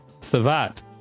Savat